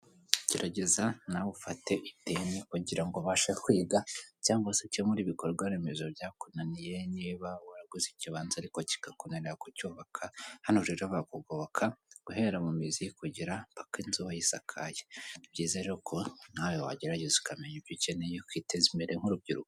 Gerageza nawe ufate ideni kugira ubashe kwiga, cyangwa se ukemure ibikorwa remezo byakunaniye, niba waraguze ikibanza ariko kikakunanira kucyubaka, hano rero bakagoboka guhera mu mizi, kugera paka inzu wayisakaye. Ni byiza rero ko nawe wagerageza ukamenya ibyo ukeneye, ukiteza imbere nk'urubyiruko.